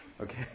okay